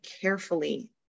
carefully